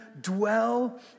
dwell